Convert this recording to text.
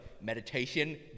meditation